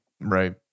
Right